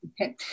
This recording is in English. Okay